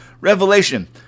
Revelation